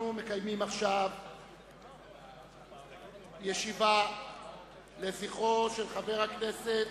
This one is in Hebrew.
אנחנו מקיימים עכשיו ישיבה לזכרו של חבר הכנסת